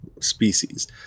species